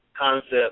concept